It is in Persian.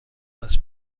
راست